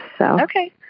Okay